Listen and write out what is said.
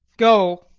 go,